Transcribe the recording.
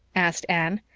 asked anne.